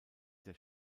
der